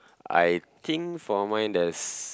I think for mine there's